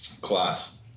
Class